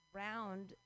round